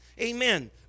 Amen